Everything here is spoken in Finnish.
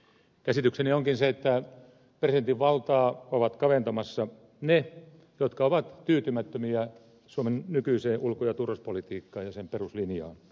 käsitykseni onkin se että presidentin valtaa ovat kaventamassa ne jotka ovat tyytymättömiä suomen nykyiseen ulko ja turvallisuuspolitiikkaan ja sen peruslinjaan